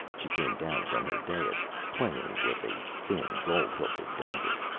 she came down from her dais, playing with a thin gold-hilted dagger.